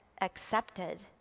accepted